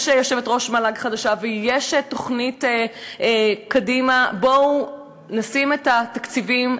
יש יושבת-ראש מל"ג חדשה ויש תוכנית "קדימה" בואו נשים את התקציבים,